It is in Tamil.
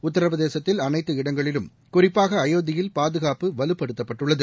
உத்தரப்பிரதேசத்தில் இடங்களிலும் குறிப்பாக அயோத்தியில் பாதுகாப்பு அனைத்து வலுப்படுத்தப்பட்டுள்ளது